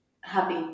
Happy